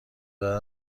دادن